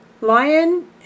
Lion